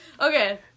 Okay